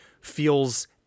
feels